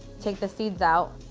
take the seeds out.